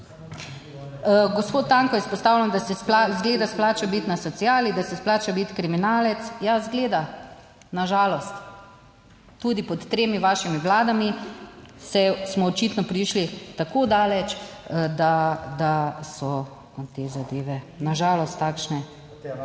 Gospod Tanko izpostavljam, da se izgleda splača biti na sociali, da se splača biti kriminalec, ja, izgleda na žalost, tudi pod tremi vašimi vladami smo očitno prišli tako daleč, da so te zadeve na žalost takšne,